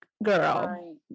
Girl